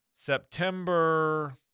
September